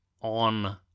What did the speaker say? on